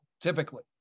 typically